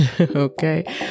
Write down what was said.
Okay